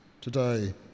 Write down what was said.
today